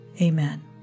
Amen